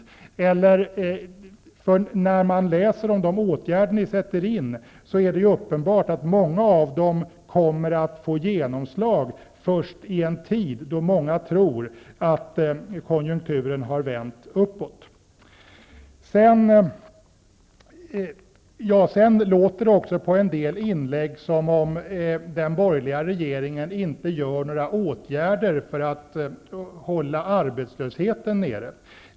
Det är nämligen uppenbart att en hel del av de åtgärder Socialdemokraterna vill sätta in kommer att få genomslag först i en tid då många tror att konjunkturen har vänt uppåt. Att döma av en del inlägg i debatten vidtar den borgerliga regeringen inga åtgärder för att hålla arbetslösheten nere.